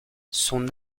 son